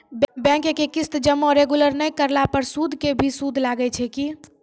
Bank के किस्त जमा रेगुलर नै करला पर सुद के भी सुद लागै छै कि?